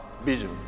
vision